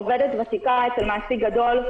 עובדת ותיקה אצל מעסיק גדול,